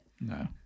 no